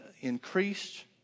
increased